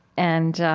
and,